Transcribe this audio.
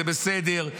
זה בסדר.